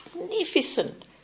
magnificent